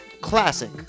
classic